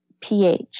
pH